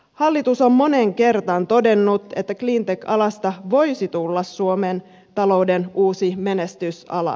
hallitus on moneen kertaan todennut että cleantech alasta voisi tulla suomen talouden uusi menestysala